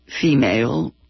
female